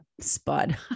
spud